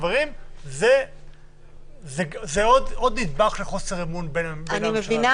זה נדבך לחוסר אמון בין הממשלה לציבור.